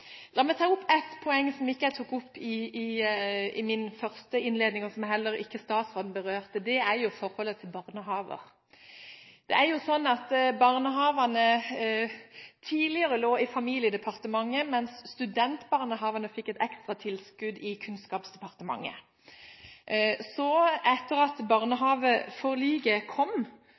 La meg ta opp et poeng som jeg ikke tok opp i min innledning, og som heller ikke statsråden berørte, nemlig forholdet til barnehager. Barnehagene lå tidligere under Familiedepartementet, mens studentbarnehagene fikk et ekstra tilskudd fra Kunnskapsdepartementet. Etter at barnehageforliket kom